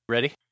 Ready